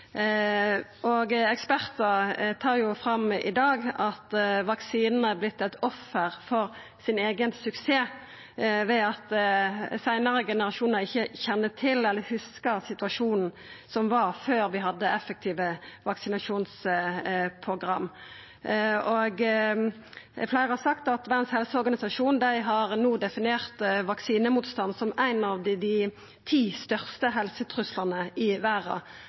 vaksinen. Ekspertar tar i dag fram at vaksinen er vorten eit offer for sin eigen suksess ved at seinare generasjonar ikkje kjenner til eller hugsar situasjonen som var før vi hadde effektive vaksinasjonsprogram. Fleire har sagt at Verdas helseorganisasjon no har definert vaksinemotstand som ein av dei ti største helsetruslane i verda.